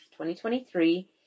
2023